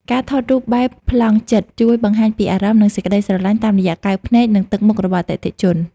ការថតរូបបែបប្លង់ជិត ជួយបង្ហាញពីអារម្មណ៍ និងសេចក្ដីស្រឡាញ់តាមរយៈកែវភ្នែក និងទឹកមុខរបស់អតិថិជន។